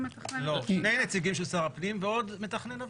שני נציגים של שר הפנים ועוד מתכנן הוועדה.